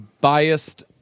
biased